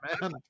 man